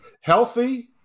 healthy –